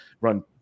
run